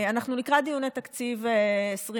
אנחנו לקראת דיוני תקציב 2023,